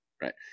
Right